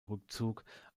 rückzug